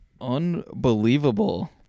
Unbelievable